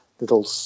little